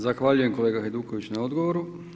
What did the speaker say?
Zahvaljujem kolega Hajduković na odgovoru.